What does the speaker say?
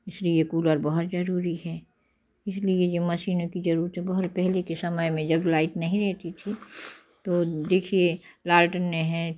इसीलिए कूलर बहुत जरूरी है इसीलिए ये मशीनों की जरूरत बहुत पहले के समय में जब लाइट नहीं रहती थी तो देखिए लालटनें हैं